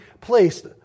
placed